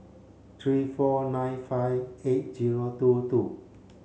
three four nine five eight zero two two